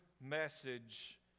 message